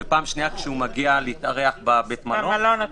ופעם שנייה כשמגיע להתארח במלון עצמו.